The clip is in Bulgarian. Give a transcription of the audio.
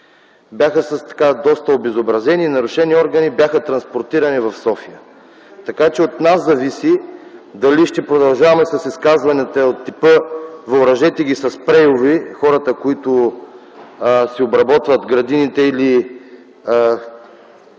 Бяха доста обезобразени, с нарушени органи и бяха транспортирани в София. Така че от нас зависи дали ще продължаваме с изказванията от типа „въоръжете със спрейове хората, които си обработват градините или